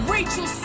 Rachel